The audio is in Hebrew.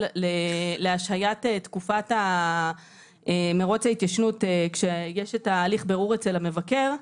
להשהיית תקופת מרוץ ההתיישנות כשיש את הליך הבירור אצל המבקר,